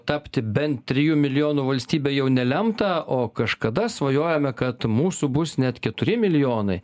tapti bent trijų milijonų valstybe jau nelemta o kažkada svajojome kad mūsų bus net keturi milijonai